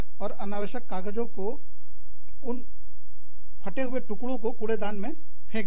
और अनावश्यक कागज़ों को उन फटे हुए टुकड़ों को कूड़ेदान में फेंक दें